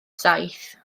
saith